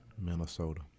Minnesota